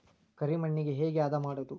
ಕರಿ ಮಣ್ಣಗೆ ಹೇಗೆ ಹದಾ ಮಾಡುದು?